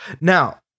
Now